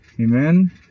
amen